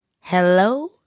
hello